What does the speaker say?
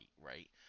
right